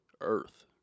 earth